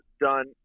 done